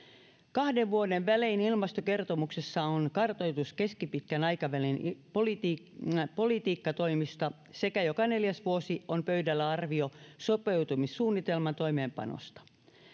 kahden vuoden välein ilmastokertomuksessa on kartoitus keskipitkän aikavälin politiikkatoimista sekä joka neljäs vuosi on pöydällä arvio sopeutumissuunnitelman toimeenpanosta